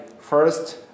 first